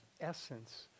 essence